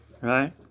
Right